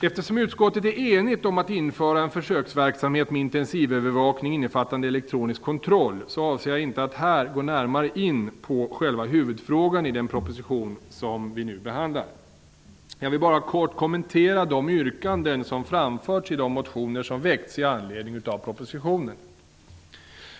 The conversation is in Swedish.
Eftersom utskottet är enigt om att införa en försöksverksamhet med intensivövervakning innefattande elektronisk kontroll avser jag inte att här närmare gå in på själva huvudfrågan i den proposition som vi nu behandlar. Jag vill bara kort kommentera de yrkanden som framförs i de motioner som väckts i anledning av propositionen.